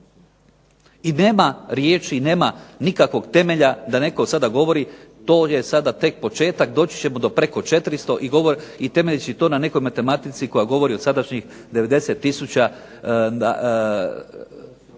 I nema riječi, nema nikakvog temelja da netko sada govori to je sada tek početak, doći ćemo do preko 400 i temeljeći to na nekoj matematici koja govori o sadašnjih 90